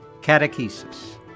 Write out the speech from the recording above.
Catechesis